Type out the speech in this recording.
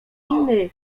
inny